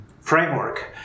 framework